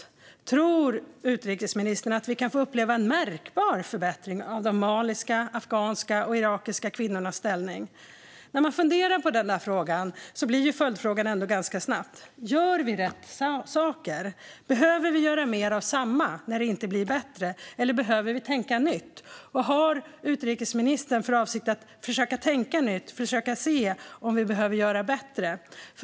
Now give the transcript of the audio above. När tror utrikesministern att vi kan få uppleva en märkbar förbättring av de maliska, afghanska och irakiska kvinnornas ställning? När man funderar på frågan blir följdfrågan ganska snabbt: Gör vi rätt saker? Behöver vi göra mer av samma när det inte blir bättre, eller behöver vi tänka nytt? Och har utrikesministern för avsikt att försöka tänka nytt och se om vi behöver göra bättre?